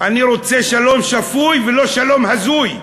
אני רוצה שלום שפוי ולא שלום הזוי.